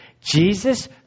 Jesus